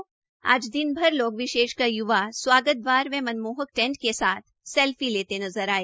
शनिवार को दिनभर लोग विशेषकर युवा स्वागत द्वार व मनमोहक टैंट के साथ सेल्फी लेते नजर आए